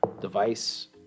device